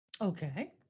Okay